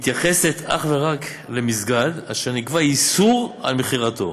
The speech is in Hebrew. מתייחסת אך ורק למסגד אשר נקבע איסור על מכירתו.